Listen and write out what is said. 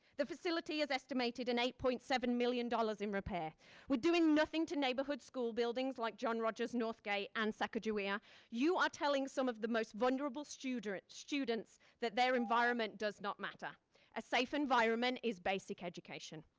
the facility is estimated an eight point seven million dollars in repair while doing nothing to neighborhood school buildings like john rogers northgate and sacajewea you are telling some of the most vulnerable students students that their environment does not matter a safe environment is basic education.